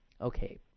Okay